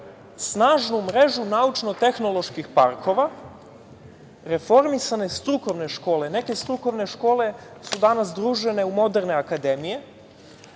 snažnu mrežu naučno-tehnoloških parkova, reformisane strukovne škole. Neke strukovne škole su danas združene u moderne akademije,